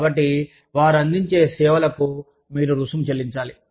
కాబట్టి వారు అందించే సేవలకు మీరు రుసుము చెల్లించాలి